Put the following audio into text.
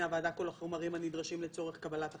הוועדה כל החומרים הנדרשים לצורך קבלת החלטה.